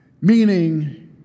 meaning